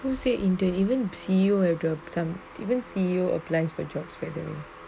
who say intern even if C_E_O have to apply some even C_E_O applies for jobs whether